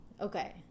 Okay